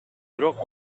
бирок